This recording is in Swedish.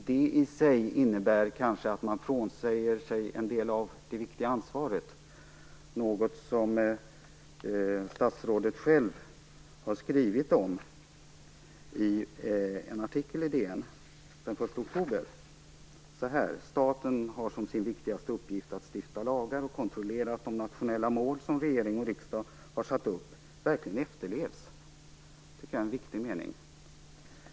Det i sig innebär kanske att man frånsäger sig en del av det viktiga ansvaret, något som statsrådet har skrivit om i Dagens Nyheter den 1 oktober: "Staten har som sin viktigaste uppgift att stifta lagar och kontrollera att de nationella mål som regering och riksdag har satt upp verkligen efterlevs." Det tycker jag är en viktig mening.